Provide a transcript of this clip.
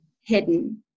hidden